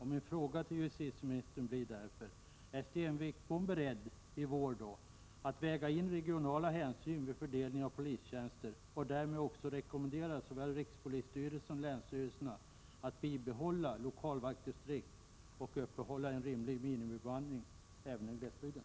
Min fråga till justitieministern blir därför: Är Sten Wickbom beredd att, när ärendet kommer upp i vår, väga in regionala hänsyn vid fördelningen av polistjänster och därmed rekommendera såväl rikspolisstyrelsen som länsstyrelserna att bibehålla lokalvaktdistrikt och uppehålla en rimlig minimibemanning i glesbygden?